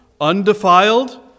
undefiled